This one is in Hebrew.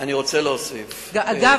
דרך אגב,